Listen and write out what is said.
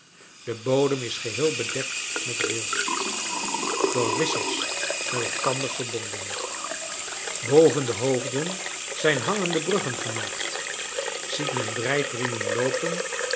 de bodem is geheel bedekt met rails door wissels met elkander verbonden boven de hoofden zijn hangende bruggen gemaakt ziet men drijfriemen loopen